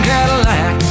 Cadillac